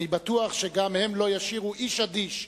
אני בטוח שגם הם לא ישאירו איש אדיש,